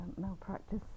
malpractice